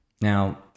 Now